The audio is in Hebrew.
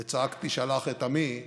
וצעקתי "שלח את עמי",